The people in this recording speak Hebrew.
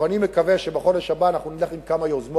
אבל אני מקווה שבחודש הבא נצא עם כמה יוזמות.